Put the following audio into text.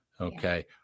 okay